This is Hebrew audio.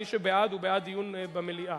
מי שבעד הוא בעד דיון במליאה.